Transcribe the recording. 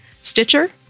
Stitcher